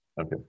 Okay